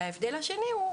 ההבדל השני הוא,